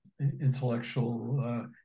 intellectual